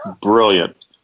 brilliant